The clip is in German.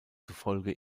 zufolge